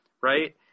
right